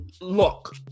Look